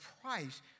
price